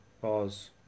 Pause